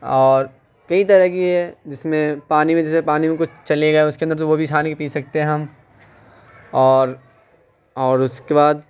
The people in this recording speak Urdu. اور کئی طرح کی ہیں جس میں پانی میں جیسے پانی میں کچھ چلے گئے تو اس کے اندر وہ بھی چھان کے پی سکتے ہیں ہم اور اور اس کے بعد